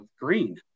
green